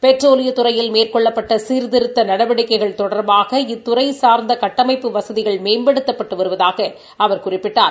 பெட்ரோலியபத் துறையில் மேற்கொள்ளப்பட்ட சீர்திருந்த நடவடிக்கைகள் தொடர்பாக இத்துறை சார்ந்த கட்டமைப்பு வசதிகள் மேம்படுத்தப்பட்டு வருவதாக அவா் குறிப்பிட்டார்